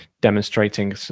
demonstrating